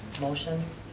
motions?